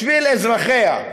בשביל אזרחיה.